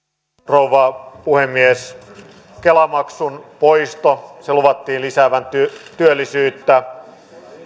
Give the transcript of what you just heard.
rouva puhemies kela maksun poiston luvattiin lisäävän työllisyyttä